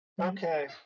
Okay